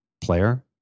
player